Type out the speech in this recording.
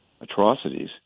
atrocities